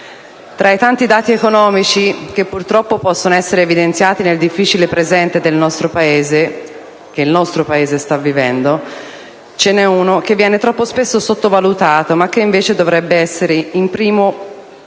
tra i tanti dati economici che purtroppo possono essere evidenziati nel difficile presente che il nostro Paese sta vivendo, ce n'è uno che viene troppo spesso sottovalutato, ma che invece dovrebbe essere il primo a